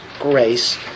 grace